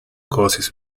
causes